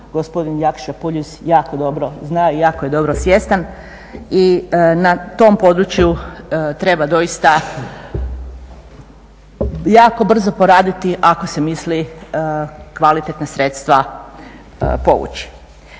gospodin Jakša Puljiz jako dobro zna i jako je dobro svjestan. I na tom području treba doista jako brzo poraditi ako se misli kvalitetna sredstva povući.